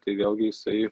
tai vėlgi jisai